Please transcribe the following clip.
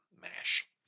MASH